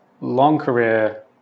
long-career